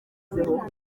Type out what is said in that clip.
rayon